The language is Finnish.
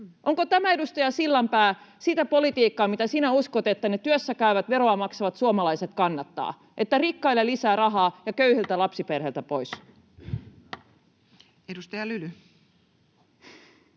Onko tämä, edustaja Sillanpää, sitä politiikkaa, mitä sinä uskot, että ne työssäkäyvät, veroa maksavat suomalaiset kannattavat, että rikkaille lisää rahaa ja köyhiltä lapsiperheiltä pois? [Speech 91]